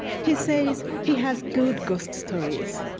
he says he has good ghost stories.